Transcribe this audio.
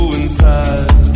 inside